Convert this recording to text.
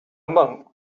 monk